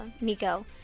Miko